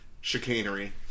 chicanery